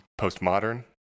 Postmodern